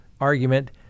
argument